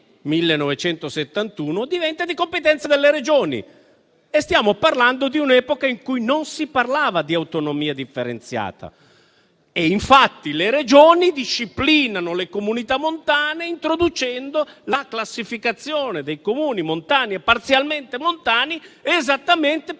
(1971) diventa di competenza delle Regioni. Stiamo parlando di un'epoca in cui non si parlava di autonomia differenziata. Infatti le Regioni disciplinano le Comunità montane introducendo la classificazione dei Comuni montani e parzialmente montani esattamente per